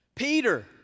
Peter